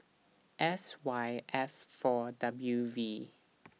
S Y F four W V